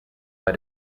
bei